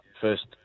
first